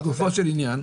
ולגופו של עניין.